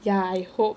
ya I hope